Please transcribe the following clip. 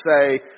say